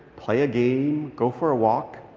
play a game. go for a walk.